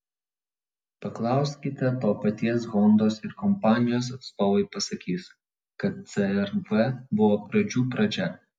paklauskite to paties hondos ir kompanijos atstovai pasakys kad cr v buvo pradžių pradžia